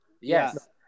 Yes